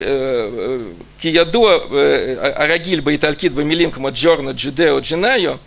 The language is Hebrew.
כי ידוע, הרגיל באיטלקית במילים כמו ג'ורנה, ג'ודה או ג'נאיו